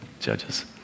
Judges